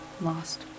lost